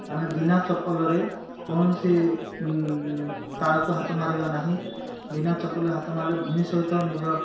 ଆମେ ବିନା ଚପଲରେ କୌଣସି ତାରକୁ ହାତ ମାରିବା ନାହିଁ ବିନା ଚପଲରେ ହାତ ମାରିଲଲେ ଭୂମି ସହିତ ନିଜ